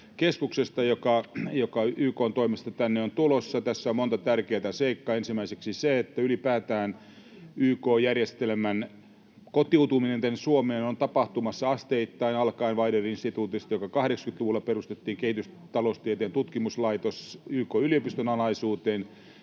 teknologiakeskuksesta, joka YK:n toimesta tänne on tulossa. Tässä on monta tärkeätä seikkaa. Ensimmäiseksi se, että ylipäätään YK-järjestelmän kotiutuminen tänne Suomeen on tapahtumassa asteittain, alkaen Wider-instituutista, joka 80-luvulla perustettiin, eli kehitystaloustieteen tutkimuslaitos YK-yliopiston alaisuuteen,